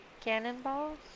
cannonballs